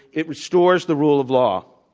it restores the rule of law